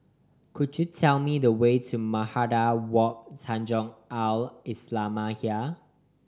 could you tell me the way to Madrasah Wak Tanjong Al Islamiah